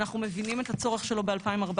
אנחנו מבינים את הצורך שלו ב-2014,